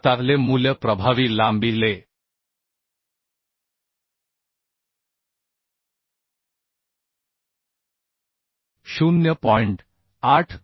आताLe मूल्य प्रभावी लांबी Le 0